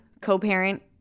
co-parent